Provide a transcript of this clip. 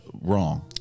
Wrong